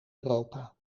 europa